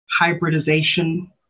hybridization